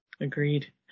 Agreed